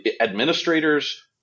administrators